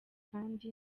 kandi